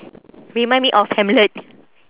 remind me of hamlet